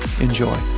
Enjoy